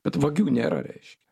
kad vagių nėra reiškia